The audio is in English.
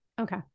Okay